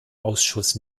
ausschuss